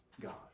God